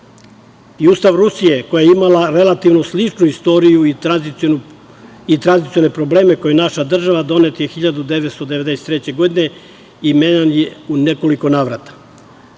Ustav Rusije koja je imala relativno sličnu istoriju i tradicionalne probleme kao i naša država, donet je 1993. godine i menjan je u nekoliko navrata. Stoga